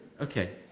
okay